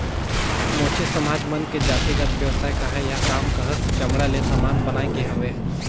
मोची समाज मन के जातिगत बेवसाय काहय या काम काहस चमड़ा ले समान बनाए के हवे